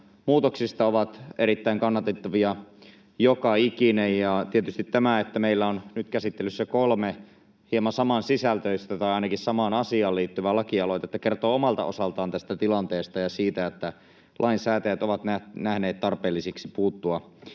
muutoksista ovat erittäin kannatettavia, joka ikinen. Ja tietysti tämä, että meillä on nyt käsittelyssä kolme hieman samansisältöistä tai ainakin samaan asiaan liittyvää lakialoitetta, kertoo omalta osaltaan tästä tilanteesta ja siitä, että lainsäätäjät ovat nähneet tarpeelliseksi puuttua